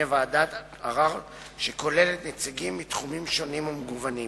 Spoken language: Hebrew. ועדת ערר שכוללת נציגים מתחומים שונים ומגוונים.